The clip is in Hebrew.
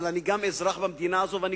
אבל אני גם אזרח במדינה הזאת,